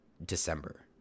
December